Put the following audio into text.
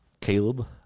Caleb